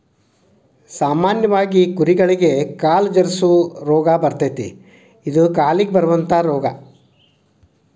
ಸಾಮಾನ್ಯವಾಗಿ ಕುರಿಗಳಿಗೆ ಕಾಲು ಜರಸು ರೋಗಾ ಬರತತಿ ಇದ ಕಾಲಿಗೆ ಬರುವಂತಾ ರೋಗಾ